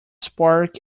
spark